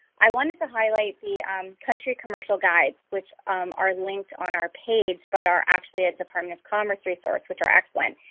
i wanted to highlight the country commercial guide, which are linked on our page but are actually a department of commerce referral, which are excellent.